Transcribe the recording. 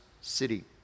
city